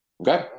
Okay